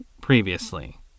previously